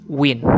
win